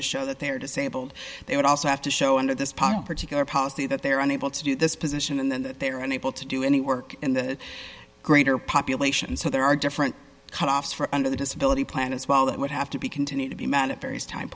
to show that they are disabled they would also have to show under this part of particular policy that they are unable to do this position and then they are unable to do any work in the greater population so there are different cutoff for under the disability plan as well that would have to be continued to be mad at various times